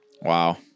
Wow